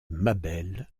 mabel